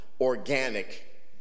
organic